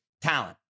talent